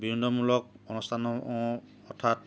বিনোদনমূলক অনুষ্ঠানসমূহ অৰ্থাৎ